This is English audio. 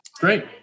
Great